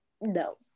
No